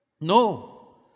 No